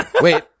Wait